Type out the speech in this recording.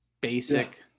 basic